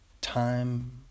time